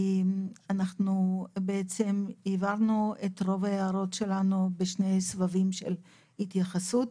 אנחנו בעצם העברנו את רוב ההערות שלנו בשני סבבים של התייחסות.